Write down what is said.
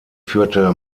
führte